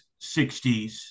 60s